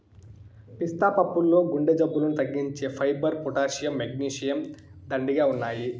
పిస్తా పప్పుల్లో గుండె జబ్బులను తగ్గించే ఫైబర్, పొటాషియం, మెగ్నీషియం, దండిగా ఉన్నాయి